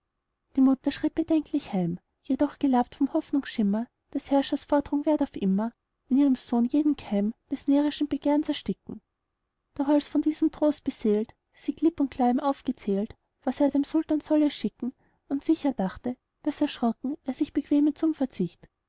die mutter schritt bedenklich heim jedoch gelabt vom hoffnungsschimmer des herrschers fordrung werd auf immer in ihrem sohne jeden keim des närrischen begehrs ersticken doch als von diesem trost beseelt sie klipp und klar ihm aufgezählt was er dem sultan solle schicken und sicher dachte daß erschrocken er sich bequeme zum verzicht